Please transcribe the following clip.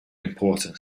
important